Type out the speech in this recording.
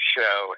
Show